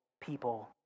people